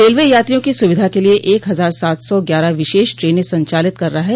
railway यात्रियों की सुविधा के लिये एक हजार सात सौ ग्यारह विशेष ट्रेने संचालित कर रहा है